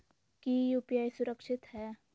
की यू.पी.आई सुरक्षित है?